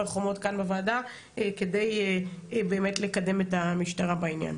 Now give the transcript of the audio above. חומות כאן בוועדה כדי באמת לקדם את המשטרה בעניין.